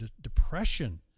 depression